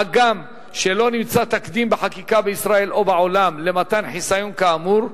מה גם שלא נמצא תקדים בחקיקה בישראל או בעולם למתן חיסיון כאמור,